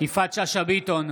יפעת שאשא ביטון,